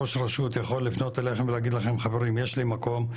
ראש רשות יכול לפנות אליכם ולהגיד לכם: חברים יש לי מקום,